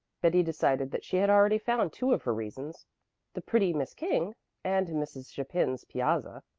betty decided that she had already found two of her reasons the pretty miss king and mrs. chapin's piazza,